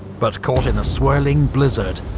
but caught in a swirling blizzard,